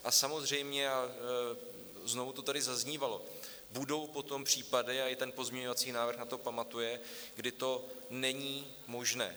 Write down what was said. A samozřejmě, a znovu to tady zaznívalo, budou potom případy, a i ten pozměňovací návrh na to pamatuje, kdy to není možné.